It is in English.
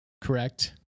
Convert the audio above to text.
correct